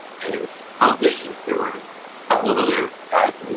and it was composition. there were couple of other guys